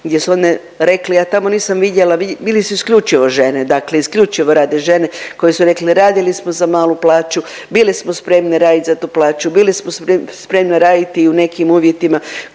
gdje su one rekle, ja tamo nisam vidjela bile su isključivo žene, dakle isključivo rade žene koje su rekle, radili smo za malu plaću bile smo spremne radit za tu plaću, bile smo spremne radit i u nekim uvjetima